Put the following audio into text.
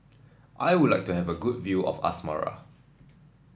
I would like to have a good view of Asmara